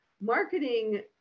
Marketing